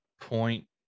point